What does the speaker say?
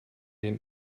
him